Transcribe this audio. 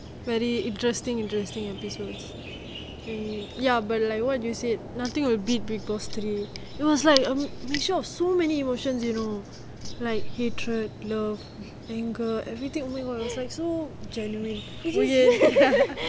very interesting interesting episode he ya but like what you say nothing will beat big boss three it was like a mixture of so many emotions you know like hatred love anger everything also got like so genuine !yay!